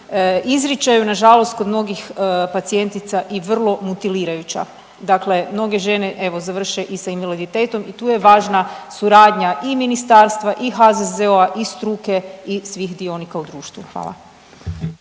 izričaju nažalost kod mnogih pacijentica i vrlo mutilirajuća. Dakle, mnoge žene evo završe i sa invaliditetom i tu je važna suradnja i ministarstva i HZZO-a i struke i svih dionika u društvu. Hvala.